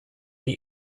die